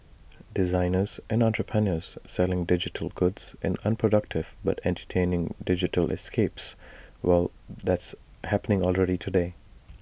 designers and entrepreneurs selling digital goods in unproductive but entertaining digital escapes well that's happening already today